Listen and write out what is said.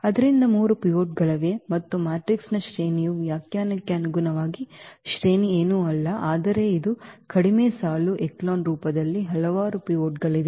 ಆದ್ದರಿಂದ 3 ಪಿವೋಟ್ಗಳಿವೆ ಮತ್ತು ಮ್ಯಾಟ್ರಿಕ್ಸ್ನ ಶ್ರೇಣಿಯ ವ್ಯಾಖ್ಯಾನಕ್ಕೆ ಅನುಗುಣವಾಗಿ ಶ್ರೇಣಿ ಏನೂ ಅಲ್ಲ ಆದರೆ ಇದು ಕಡಿಮೆ ಸಾಲು ಎಚೆಲಾನ್ ರೂಪದಲ್ಲಿ ಹಲವಾರು ಪಿವೋಟ್ಗಳಾಗಿವೆ ಅದು ಈ ಉದಾಹರಣೆಯಲ್ಲಿ 3 ಆಗಿದೆ